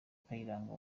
kayiranga